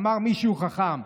אמר מישהו חכם.